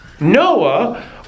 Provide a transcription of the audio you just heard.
Noah